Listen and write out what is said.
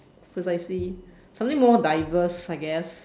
precisely something more diverse I guess